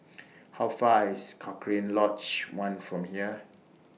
How Far IS Cochrane Lodge one from here